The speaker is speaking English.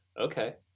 okay